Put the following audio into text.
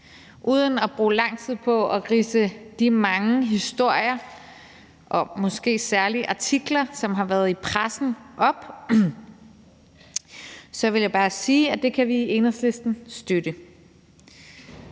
Uden at bruge lang tid på at ridse de mange historier og måske særligt artikler, som har været i pressen, op, så vil jeg bare sige, at det kan vi i Enhedslisten støtte.